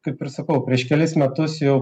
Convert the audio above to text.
kaip ir sakau prieš kelis metus jau